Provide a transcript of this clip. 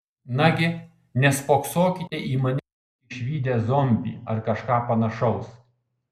nagi nespoksokite į mane lyg išvydę zombį ar kažką panašaus